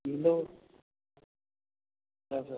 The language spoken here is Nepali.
हिलो हजुर